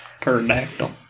Pterodactyl